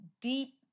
deep